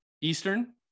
eastern